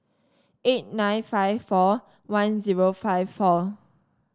eight nine five four one zero five four